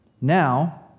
Now